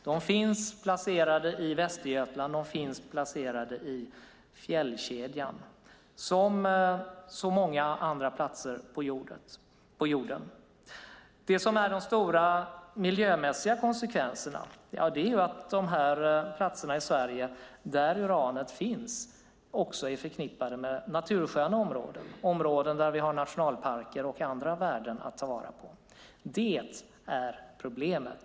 Det finns placerat i Västergötland och i fjällkedjan precis som på så många andra platser på jorden. De stora miljömässiga konsekvenserna beror på att de platser i Sverige där uran finns också är förknippade med natursköna områden, områden där vi har nationalparker och andra värden att ta vara på. Det är problemet.